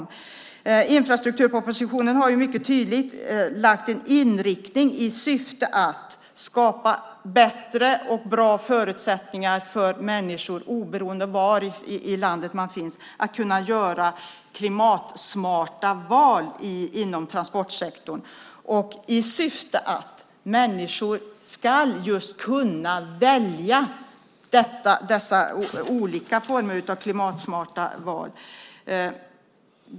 I infrastrukturpropositionen finns en mycket tydlig inriktning i syfte att skapa bra, och bättre, förutsättningar för människor att - oberoende av var i landet man finns - göra klimatsmarta val inom transportsektorn samt i syfte att göra det möjligt för människor att göra olika klimatsmarta val.